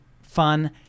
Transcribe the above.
fun